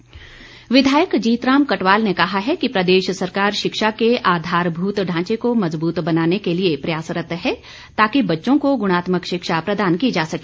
कटवाल विधायक जीत राम कटवाल ने कहा है कि प्रदेश सरकार शिक्षा के आधारभूत ढांचे को मजबूत बनाने के लिए प्रयासरत है ताकि बच्चों को गुणात्मक शिक्षा प्रदान की जा सके